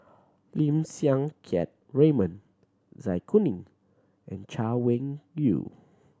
Lim Siang Keat Raymond Zai Kuning and Chay Weng Yew